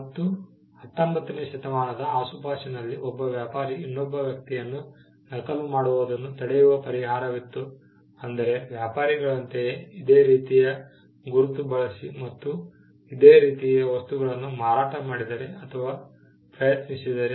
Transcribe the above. ಮತ್ತು 19 ನೇ ಶತಮಾನದ ಆಸುಪಾಸಿನಲ್ಲಿ ಒಬ್ಬ ವ್ಯಾಪಾರಿ ಇನ್ನೊಬ್ಬ ವ್ಯಕ್ತಿಯನ್ನು ನಕಲು ಮಾಡುವುದನ್ನು ತಡೆಯುವ ಪರಿಹಾರವಿತ್ತು ಅಂದರೆ ವ್ಯಾಪಾರಿಗಳಂತೆಯೇ ಇದೇ ರೀತಿಯ ಗುರುತು ಬಳಸಿ ಮತ್ತು ಇದೇ ರೀತಿಯ ವಸ್ತುಗಳನ್ನು ಮಾರಾಟ ಮಾಡಿದರೆ ಅಥವಾ ಪ್ರಯತ್ನಿಸಿದರೆ